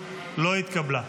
נתקבלה.